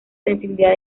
sensibilidad